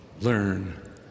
Learn